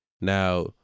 Now